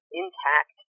intact